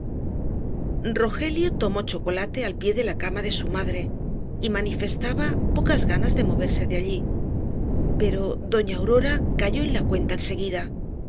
rogelio tomó chocolate al pié de la cama de su madre y manifestaba pocas ganas de moverse de allí pero doña aurora cayó en la cuenta en seguida